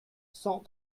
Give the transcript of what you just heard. cent